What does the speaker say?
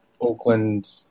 Oakland